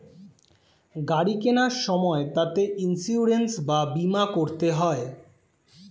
গাড়ি কেনার সময় তাতে ইন্সুরেন্স বা বীমা করতে হয়